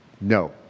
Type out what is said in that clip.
No